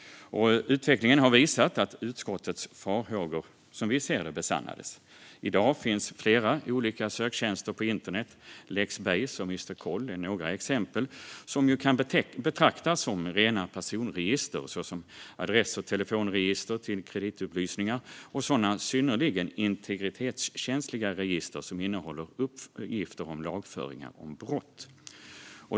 Utvecklingen har visat att utskottets farhågor, som vi ser det, har besannats. I dag finns flera olika söktjänster på internet - Lexbase och Mrkoll är två exempel - som kan betraktas som rena personregister, såsom adress och telefonregister till kreditupplysningar och sådana synnerligen integritetskänsliga register som innehåller uppgifter om lagföringar om brott.